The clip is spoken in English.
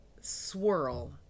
swirl